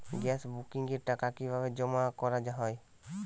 Gas বুকিংয়ের টাকা কিভাবে জমা করা হয়?